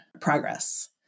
progress